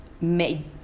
made